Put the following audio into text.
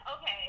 okay